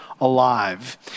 alive